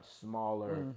smaller